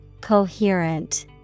Coherent